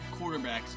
quarterbacks